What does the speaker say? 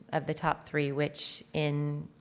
of the top three which in,